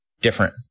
different